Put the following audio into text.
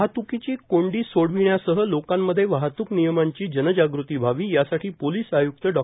वाहत्कीची कोंडी सोडविण्यासह लोकांमध्ये वाहत्क नियमांची जनजागृती व्हावी यासाठी पोलीस आय्क्त डॉ